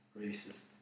Racist